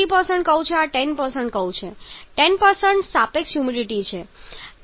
આ 50 કર્વ છે આ 10 કર્વ છે 10 સાપેક્ષ હ્યુમિડિટી છે